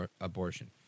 abortion